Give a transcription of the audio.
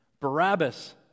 Barabbas